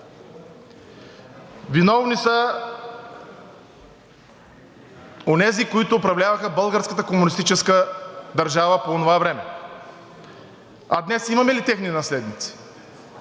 Виновни са онези, които управляваха българската комунистическа държава по онова време. А днес имаме ли техни наследници?!